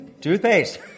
Toothpaste